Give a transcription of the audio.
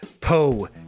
Po